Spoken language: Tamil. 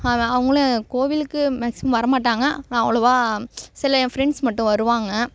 அவங்களும் கோவிலுக்கு மேக்ஸிமம் வர மாட்டாங்க ஆனால் அவ்வளோவா சில என் ஃப்ரெண்ட்ஸ் மட்டும் வருவாங்க